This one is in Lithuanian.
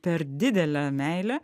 per didelę meilę